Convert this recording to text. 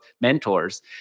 mentors